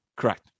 Correct